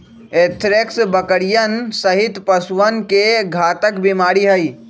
anthrax बकरियन सहित पशुअन के घातक बीमारी हई